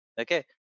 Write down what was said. Okay